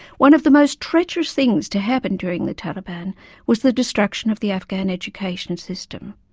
one of the most treacherous things to happen during the taliban was the destruction of the afghan education system.